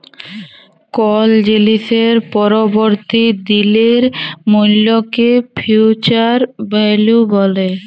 call জিলিসের পরবর্তী দিলের মূল্যকে ফিউচার ভ্যালু ব্যলে